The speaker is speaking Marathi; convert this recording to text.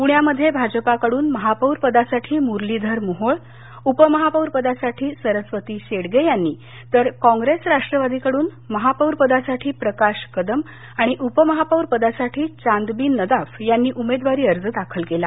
पुण्यामध्ये भाजपाकडून महापौरपदासाठी मुरलीधर मोहोळ उपमहापौरपदासाठी सरस्वती शेडगे यांनी तर काँप्रेस राष्ट्रवादीकडून महापौरपदासाठी प्रकाश कदम आणि उपमहापौरपदासाठी चांदबी नदाफ यांनी उमेदवारी अर्ज दाखल केला